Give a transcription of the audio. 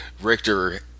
Richter